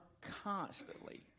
constantly